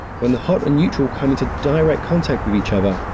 when the hot and neutral come into direct contact with each other,